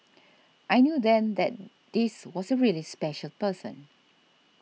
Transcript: I knew then that this was a really special person